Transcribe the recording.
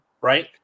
right